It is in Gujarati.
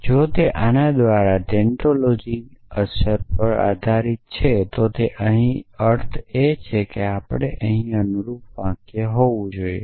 જો તે આના દ્વારા ટેન્ટોલોજી અસર પર આધારિત છે તો અહી અર્થ છે કે આપણને અહીં અનુરૂપ વાક્ય હોવું જોઈએ